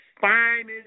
finest